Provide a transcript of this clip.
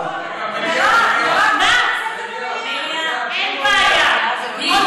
בוא נקיים דיון במליאה.